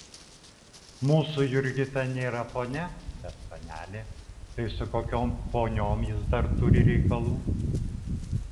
mūsų jurgita nėra ponia bet panelė tai su kokiom poniom jis dar turi reikalų